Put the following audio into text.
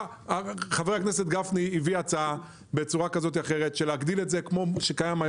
חבר הכנסת גפני הביא הצעה: להגדיל את זה במע"מ.